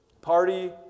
Party